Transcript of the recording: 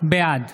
בעד